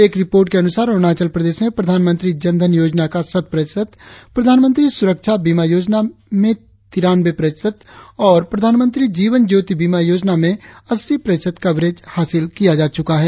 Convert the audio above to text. एक रिपोर्ट के अनुसार अरुणाचल प्रदेश मे प्रधानमंत्री जन धन योजना का शत प्रतिशत प्रधानमंत्री सुरक्षा बीमा योजना मे तिरानंबे प्रतिशत और प्रधानमंत्री जीवन ज्योति बीमा योजना में अस्सी प्रतिशत कवरेज हासिल किया जा चुका है